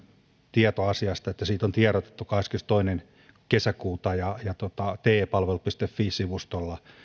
tieto asiasta että siitä on tiedotettu kahdeskymmenestoinen kesäkuuta te palvelu fi sivustolla